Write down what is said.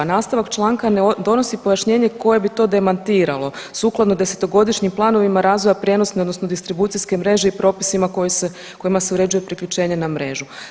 Nastavak članka ne donosi pojašnjenje koje bi to demantiralo sukladno 10-to godišnjim planovima razvoja prijenosne odnosno distribucijske mreže i propisima koji se, kojima se uređuje priključenje na mrežu.